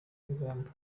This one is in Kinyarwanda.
rugamba